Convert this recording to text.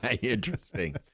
Interesting